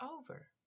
over